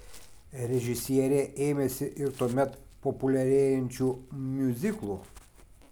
režisierė ėmėsi ir tuomet populiarėjančių miuziklų